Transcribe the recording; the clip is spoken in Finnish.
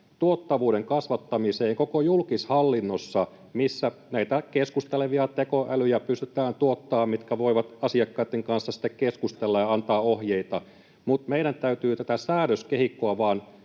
tuottavuuden kasvattamiseen koko julkishallinnossa, kun tuotetaan näitä keskustelevia tekoälyjä, mitkä voivat asiakkaitten kanssa sitten keskustella ja antaa ohjeita. Mutta meidän täytyy tätä säädöskehikkoa vain